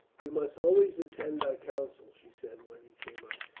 you must always attend our councils, she said when he came up.